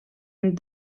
and